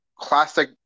classic